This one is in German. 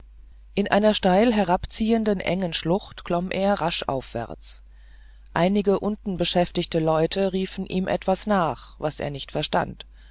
in einer steil herab ziehenden engen schlucht klomm er rasch aufwärts einige unten beschäftigte leute riefen ihm etwas nach das er nicht verstand